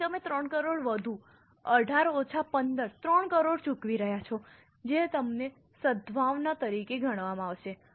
તેથી તમે 3 કરોડ વધુ 18 ઓછા 15 3 કરોડ ચૂકવી રહ્યા છો જે તમને સદ્ભાવના તરીકે ગણવામાં આવશે